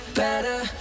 better